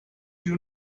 you